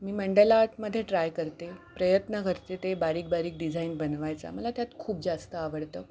मी मंडल आर्टमध्ये ट्राय करते प्रयत्न करते ते बारीक बारीक डिझाईन बनवायचा मला त्यात खूप जास्त आवडतं